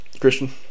Christian